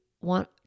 want